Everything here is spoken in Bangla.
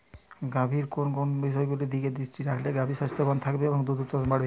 গাভীর কোন কোন বিষয়গুলোর দিকে দৃষ্টি রাখলে গাভী স্বাস্থ্যবান থাকবে বা দুধ উৎপাদন বাড়বে?